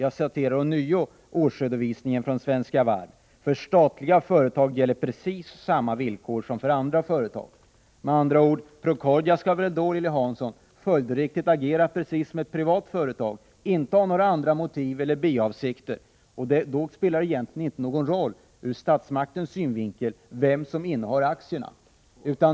Jag citerar ånyo årsredovisningen från Svenska Varv: ”För statliga företag gäller precis samma villkor som för andra företag.” Procordia skall väl då, Lilly Hansson, följdriktigt agera precis som ett privat företag och inte ha andra motiv eller biavsikter. Då spelar det egentligen inte någon roll ur statsmaktens synvinkel vem som innehar aktierna.